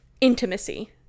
intimacy